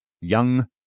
Young